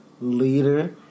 leader